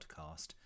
podcast